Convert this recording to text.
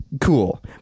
Cool